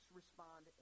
respond